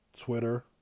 Twitter